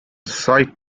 site